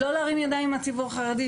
לא להרים ידיים מהציבור החרדי,